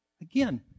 Again